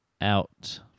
out